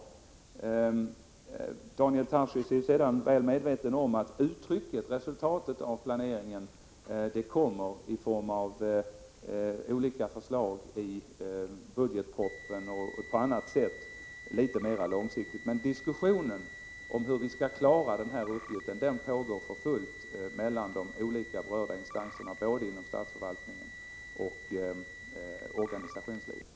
16 maj 1986 Daniel Tarschys är väl medveten om att resultatet av planeringen kommer i form av olika förslag i budgetpropositionen och på annat sätt litet mera långsiktigt. Diskussionen om hur vi skall klara uppgiften pågår alltså för fullt E mellan de olika berörda instanserna inom både statsförvaltningen och uppgifter organisationslivet.